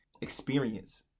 experience